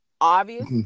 obvious